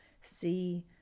see